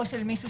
או של מישהו